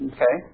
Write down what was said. Okay